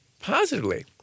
positively